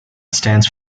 stands